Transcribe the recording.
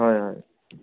হয় হয়